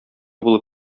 булып